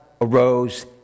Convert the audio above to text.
arose